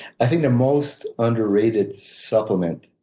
i think the most underrated supplement,